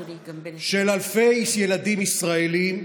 של אלפי ילדים ישראלים,